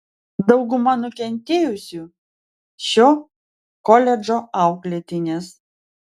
dauguma nukentėjusių šio koledžo auklėtinės